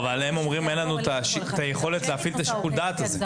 אבל הם אומרים שאין להם את היכולת להפעיל שיקול הדעת הזה.